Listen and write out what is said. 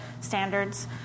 standards